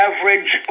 average